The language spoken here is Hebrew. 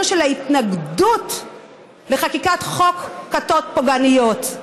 של ההתנגדות לחקיקת חוק כיתות פוגעניות?